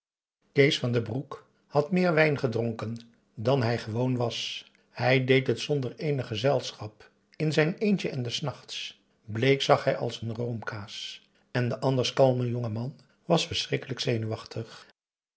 kees van den broek had meer wijn gedronken dan hij gewoon was hij deed het zonder eenig gezelschap in zijn eentje en des nachts bleek zag hij als n roomkaas en de anders kalme jonge man was verschrikkelijk zenuwachtig